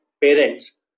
parents